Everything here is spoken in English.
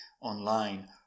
online